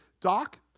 Doc